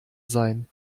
sein